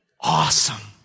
Awesome